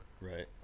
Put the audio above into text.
Right